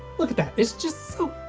look at that, it's just so,